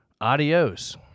adios